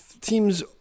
teams